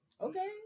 Okay